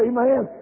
Amen